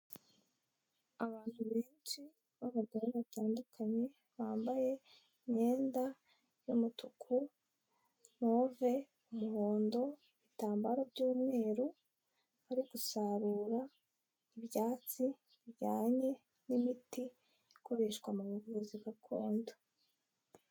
Abantu benshi b'abagore batandukanye bambaye imyenda y'umutuku, move, umuhondo Ibitambaro by'umweru ari gusarura ibyatsi bijyanye n'imiti ikoreshwa mu buvuzi gakondo.